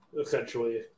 essentially